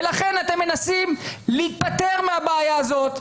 ולכן אתם מנסים להיפטר מהבעיה הזאת,